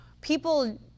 people